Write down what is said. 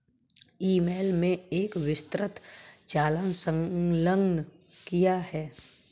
ई mail में एक विस्तृत चालान संलग्न किया है